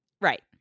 right